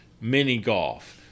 mini-golf